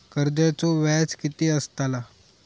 कर्जाचो व्याज कीती असताला?